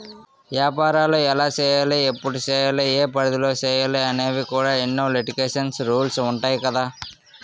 ఏపారాలు ఎలా సెయ్యాలి? ఎప్పుడు సెయ్యాలి? ఏ పరిధిలో సెయ్యాలి అనేవి కూడా ఎన్నో లిటికేషన్స్, రూల్సు ఉంటాయి కదా